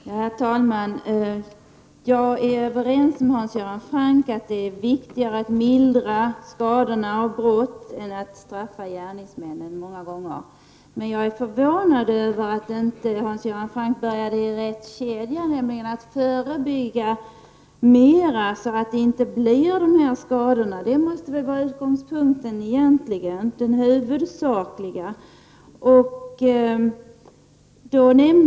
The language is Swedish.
Herr talman! Jag är överens med Hans Göran Franck om att det många gånger är viktigare att mildra skadorna av brott än att straffa gärningsmännen. Jag är förvånad över att Hans Göran Franck inte började i rätt ände av kedjan genom att nämna behovet av förebyggande åtgärder så att dessa skador inte uppstår. Detta måste väl egentligen vara den huvudsakliga utgångspunkten.